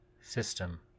system